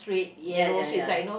ya ya ya